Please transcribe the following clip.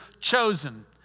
chosen